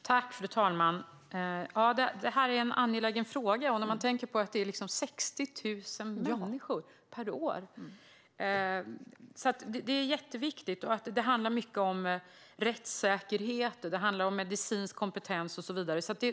Fru talman! Detta är en angelägen fråga; det handlar om 60 000 människor per år. Det är jätteviktigt. Det handlar mycket om rättssäkerhet, medicinsk kompetens och så vidare.